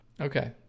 Okay